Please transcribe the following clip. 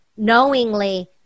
knowingly